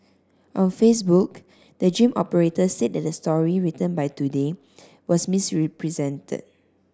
on Facebook the gym operator said that the story written by Today was misrepresented